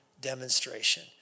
demonstration